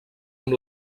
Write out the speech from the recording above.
amb